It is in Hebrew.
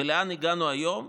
ולאן הגענו היום?